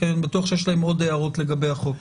אני בטוח שיש להם עוד הערות לגבי החוק.